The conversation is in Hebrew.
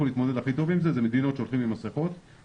נושא ה-CBD שאנחנו רוצים להוציא אותו מנקודת הסמים שיאפשר גם פה הקלה.